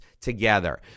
together